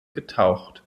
getaucht